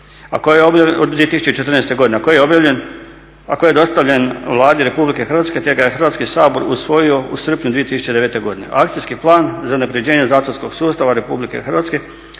od 2009.-2014.godine a koji je dostavljen Vladi RH te ga je Hrvatski sabor usvojio u srpnju 2009.godine. Akcijski plan za unapređenje zatvorskog sustava RH definirao je